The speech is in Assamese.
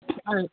হয়